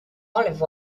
olive